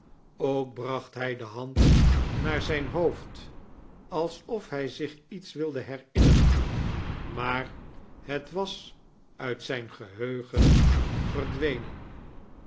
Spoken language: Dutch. ook bracht hij de hand naar zijn hoofd alsof hij zich iets wilde herinneren maar het was uit zijn geheugen verdwenen